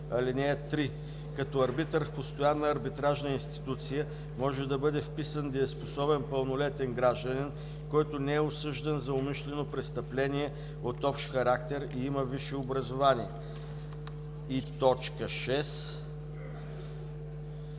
3: „ (3) Като арбитър в постоянна арбитражна институция може да бъде вписан дееспособен пълнолетен гражданин, който не е осъждан за умишлено престъпление от общ характер и има висше образование.“ И точка 6: